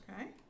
Okay